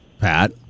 Pat